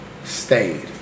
Stayed